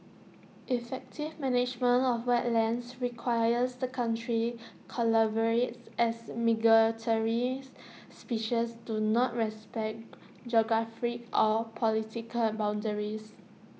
effective management of wetlands requires the countries collaborate as migratory species do not respect geographic or political boundaries